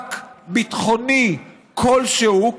מאבק ביטחוני כלשהו,